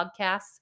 Podcasts